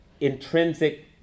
intrinsic